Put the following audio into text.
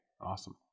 Awesome